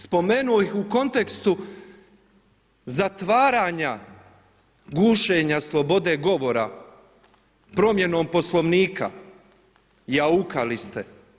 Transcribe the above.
Spomenuo ih u kontekstu zatvaranja gušenja slobode govora promjenom Poslovnika, jaukali ste.